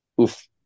oof